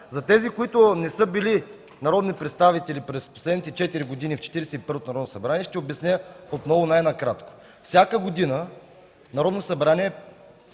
За тези, които не са били народни представители през последните четири години в Четиридесет и първото Народно събрание, ще обясня отново най-накратко. Всяка година Народното събрание не